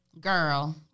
Girl